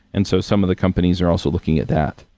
and so, some of the companies are also looking at that.